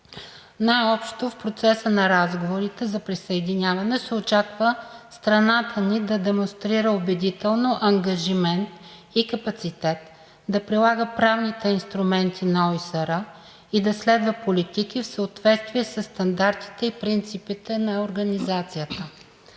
Най-общо в процеса на разговорите за присъединяване се очаква страната ни да демонстрира убедително ангажимент и капацитет да прилага правните инструменти на ОИСР и да следва политики в съответствие със стандартите и принципите на Организацията.